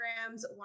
programs